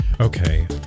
Okay